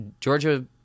georgia